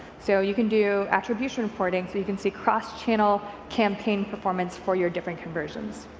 so you can do attribution reporting, so you can see cross-channel campaign performance for your different conversions.